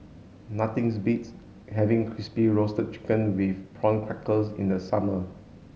nothing is beats having crispy roasted chicken with prawn crackers in the summer